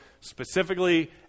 specifically